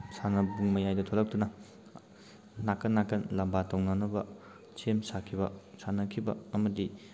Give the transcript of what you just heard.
ꯁꯥꯟꯅꯕꯨꯡ ꯃꯌꯥꯏꯗ ꯊꯣꯛꯂꯛꯇꯨꯅ ꯅꯀꯟ ꯅꯀꯟ ꯂꯝꯕꯥ ꯇꯧꯅꯅꯕ ꯁꯦꯝ ꯁꯥꯈꯤꯕ ꯁꯥꯟꯅꯈꯤꯕ ꯑꯃꯗꯤ